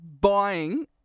buying